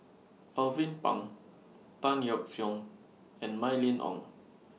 Alvin Pang Tan Yeok Seong and Mylene Ong